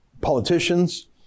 politicians